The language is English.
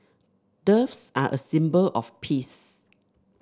doves are a symbol of peace